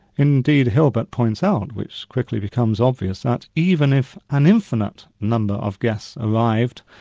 indeed, hilbert points out, which quickly becomes obvious, that even if an infinite number of guests arrived,